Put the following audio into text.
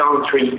country